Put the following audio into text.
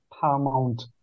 paramount